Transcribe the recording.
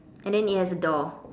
and then it has a door